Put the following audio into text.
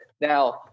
Now